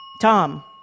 Tom